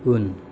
उन